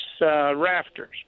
rafters